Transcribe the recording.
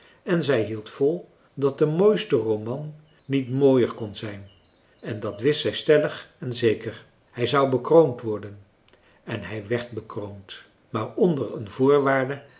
en zij hield vol dat de mooiste roman niet mooier kon zijn en dat wist zij stellig en zeker hij zou bekroond worden en hij wérd bekroond maar onder een voorwaarde